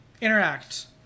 Interact